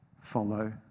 follow